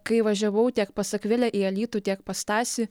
kai važiavau tiek pas akvilę į alytų tiek pas stasį